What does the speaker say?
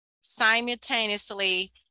simultaneously